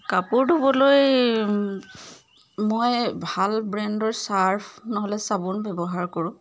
কাপোৰ ধুবলৈ মই ভাল ব্ৰেণ্ডৰ চাৰ্ফ নহ'লে চাবোন ব্যৱহাৰ কৰোঁ